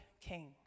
king